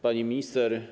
Pani Minister!